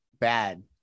bad